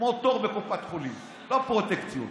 כמו תור בקופת חולים, ללא פרוטקציות.